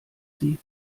sie